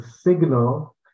signal